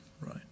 right